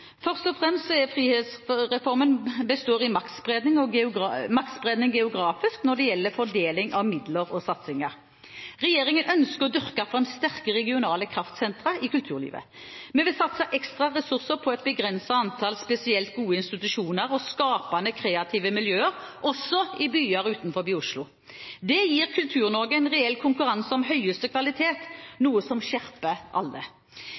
Først og fremst består frihetsreformen i maktspredning geografisk når det gjelder fordeling av midler og satsinger. Regjeringen ønsker å dyrke fram sterke, regionale kraftsentre i kulturlivet. Vi vil satse ekstra ressurser på et begrenset antall spesielt gode institusjoner og skapende, kreative miljøer også i byer utenfor Oslo. Det gir Kultur-Norge en reell konkurranse om høyeste kvalitet – noe som skjerper alle.